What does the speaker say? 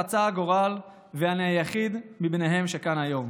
רצה הגורל ואני היחיד מביניהם שכאן היום.